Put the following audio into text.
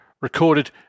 recorded